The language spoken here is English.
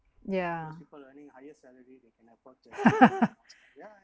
yeah